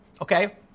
Okay